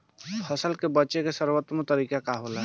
फसल के बेचे के सर्वोत्तम तरीका का होला?